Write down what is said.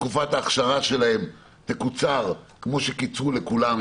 שתקופת האכשרה שלהם תקוצר כמו שקיצרו לכולם.